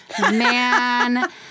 Man